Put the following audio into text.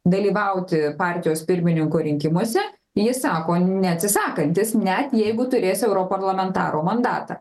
dalyvauti partijos pirmininkų rinkimuose jis sako neatsisakantis net jeigu turės europarlamentaro mandatą